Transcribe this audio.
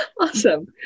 Awesome